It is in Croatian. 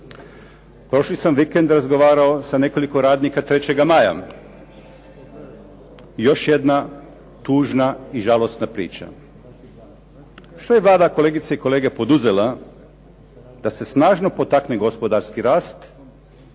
Prošli sam vikend razgovarao sa nekoliko radnika "3. maja", još jedna tužna i žalosna priča. Što je Vlada, kolegice i kolege, poduzela da se snažno potakne gospodarski rast